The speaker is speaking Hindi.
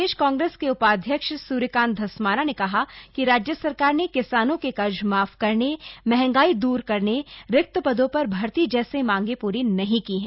प्रदेश कांग्रेस के उपाध्यक्ष सूर्यकांत धस्माना ने कहा कि राज्य सरकार ने किसानों के कर्ज माफ करने महंगाई दूर करने रिक्त पदों पर भर्ती जैसी मांगें पूरी नहीं की हैं